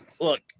Look